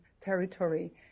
territory